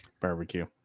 barbecue